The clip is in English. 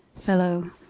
fellow